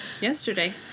yesterday